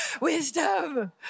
Wisdom